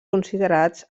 considerats